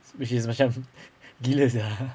which is macam gila sia